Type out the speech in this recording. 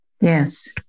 Yes